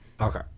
Okay